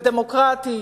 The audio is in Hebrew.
ו"דמוקרטית",